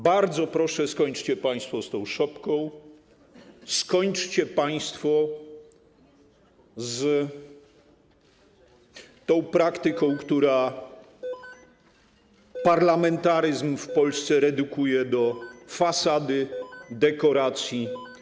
Bardzo proszę, skończcie państwo z tą szopką, skończcie państwo z tą praktyką, która parlamentaryzm w Polsce redukuje do fasady, dekoracji.